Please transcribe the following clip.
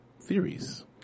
Theories